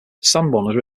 sanborn